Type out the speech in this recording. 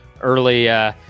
early